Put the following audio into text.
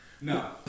No